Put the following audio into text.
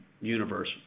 universe